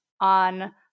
on